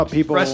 people